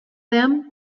them